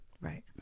right